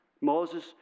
Moses